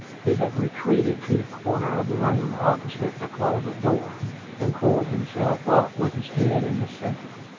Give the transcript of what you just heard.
he had retreated to the corner of the room opposite the closet-door and coiled himself up, with his head in the centre.